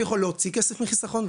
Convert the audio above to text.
אני יכול להוציא כסף מחסכון,